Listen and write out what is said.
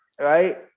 right